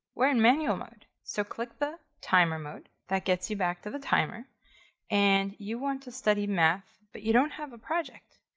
we're in manual mode. so click the timer mode. that gets you back to the timer and you want to study math, but you don't have a project.